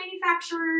manufacturers